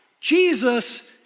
Jesus